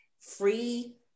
free